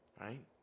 Right